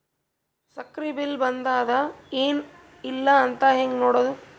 ಸಕ್ರಿ ಬಿಲ್ ಬಂದಾದ ಏನ್ ಇಲ್ಲ ಅಂತ ಹೆಂಗ್ ನೋಡುದು?